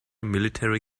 military